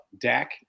Dak